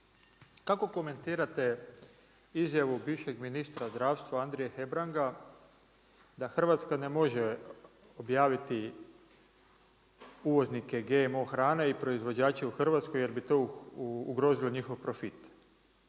Kako komentirate izjavu bivšeg ministra zdravstva Andrije Hebranga da Hrvatska ne može objaviti uvoznike GMO hrane i proizvođače u Hrvatskoj jer bi to ugrozilo njihov profit?